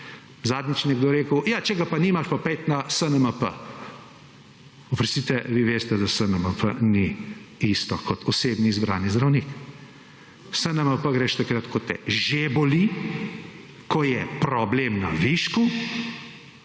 Zadnjič je nekdo rekel, ja, če ga pa nimaš pa pojdi na SNMP. Oprostite, vi veste da SNMP ni isto, kot osebni izbrani zdravnik. V SNMP greš takrat, ko te že boli, ko je problem na višku